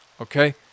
Okay